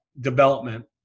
development